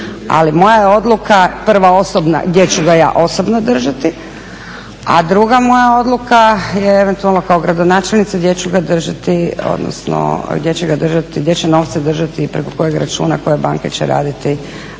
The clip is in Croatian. je odluka, prva osobna gdje ću ga ja osobno držati, a druga moja odluka je eventualno kao gradonačelnica gdje ću ga držati, odnosno gdje će novce držati, preko kojeg računa, koje banke će raditi